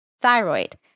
thyroid